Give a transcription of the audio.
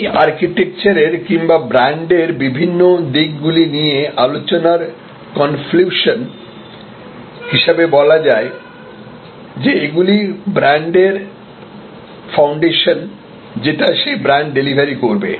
এই আর্কিটেকচারের কিংবা ব্র্যান্ডের বিভিন্ন দিক গুলি নিয়ে আলোচনার কনক্লিউশন হিসেবে বলা যায় যে এগুলি ব্র্যান্ডের ফাউন্ডেশন যেটা সেই ব্র্যান্ড ডেলিভারি করবে